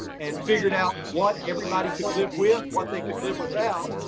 and figured out what everybody could live with what they could live without.